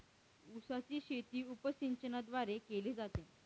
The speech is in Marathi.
उसाची शेती उपसिंचनाद्वारे केली जाते